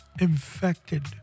infected